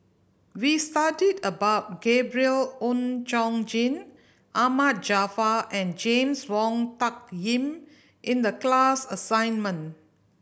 we studied about Gabriel Oon Chong Jin Ahmad Jaafar and James Wong Tuck Yim in the class assignment